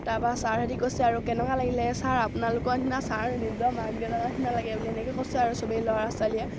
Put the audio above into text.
তাৰপৰা ছাৰহঁতে কৈছে আৰু কেনেকুৱা লাগিলে ছাৰ আপোনালোকৰ নিচিনা ছাৰ নিজৰ মাক দেউতাকৰ নিচিনা লাগে বোলো এনেকৈ কৈছো আৰু সবেই ল'ৰা ছোৱালীয়ে